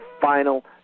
final